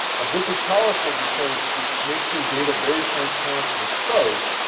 this is powerful because it makes your data very transparent and exposed.